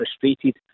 frustrated